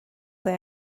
they